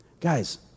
Guys